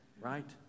right